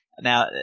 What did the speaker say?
Now